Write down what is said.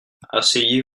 asseyez